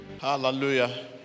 hallelujah